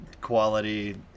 quality